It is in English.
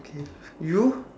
okay you